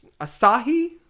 Asahi